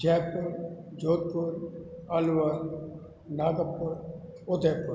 Jaipur Jodhpur Alwar Nagpur Udaipur